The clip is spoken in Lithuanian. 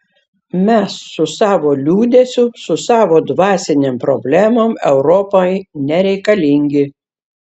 mes su savo liūdesiu su savo dvasinėm problemom europai nereikalingi